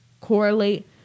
correlate